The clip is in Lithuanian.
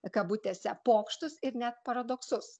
kabutėse pokštus ir net paradoksus